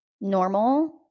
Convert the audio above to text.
normal